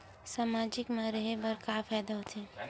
सामाजिक मा रहे बार का फ़ायदा होथे?